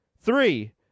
three